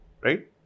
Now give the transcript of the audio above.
right